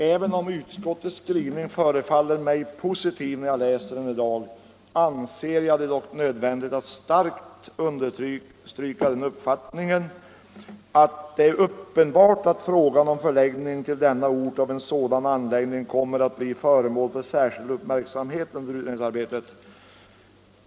Även om utskottets skrivning förefaller mig positiv när jag läser den i dag, anser jag det dock nödvändigt att starkt understryka den uppfattningen att frågan om lokalisering till denna ort av en sådan anläggning måste bli föremål för särskild uppmärksamhet under utredningsarbetet.